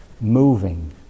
moving